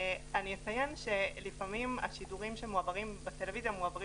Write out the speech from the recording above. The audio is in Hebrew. אני אציין שלפעמים השידורים שמועברים בטלוויזיה מועברים